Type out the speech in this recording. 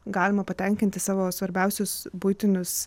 galima patenkinti savo svarbiausius buitinius